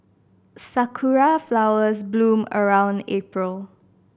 sakura flowers bloom around April